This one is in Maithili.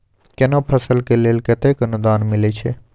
केना फसल के लेल केतेक अनुदान मिलै छै?